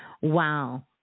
Wow